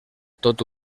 tot